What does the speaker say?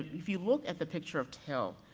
if you look at the picture of till,